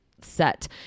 set